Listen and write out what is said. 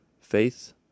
faith